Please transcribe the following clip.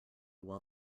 while